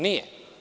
Nije.